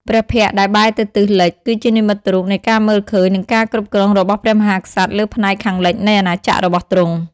ព្រះភ័ក្ត្រដែលបែរទៅទិសលិច គឺជានិមិត្តរូបនៃការមើលឃើញនិងការគ្រប់គ្រងរបស់ព្រះមហាក្សត្រលើផ្នែកខាងលិចនៃអាណាចក្ររបស់ទ្រង់។